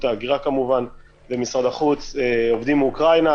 ההגירה כמובן ומשרד החוץ עובדים מאוקראינה,